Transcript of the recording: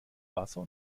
wasser